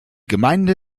gemeinde